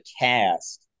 cast